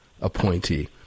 appointee